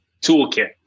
toolkit